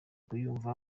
kuyumva